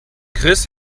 chris